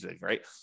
right